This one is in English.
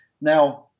Now